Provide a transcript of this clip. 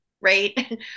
right